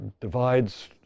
divides